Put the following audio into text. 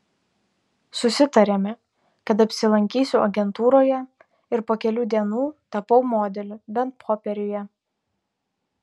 susitarėme kad apsilankysiu agentūroje ir po kelių dienų tapau modeliu bent popieriuje